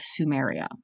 Sumeria